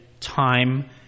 Time